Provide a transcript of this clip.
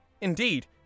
indeed